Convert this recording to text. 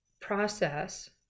process